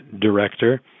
director